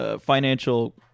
financial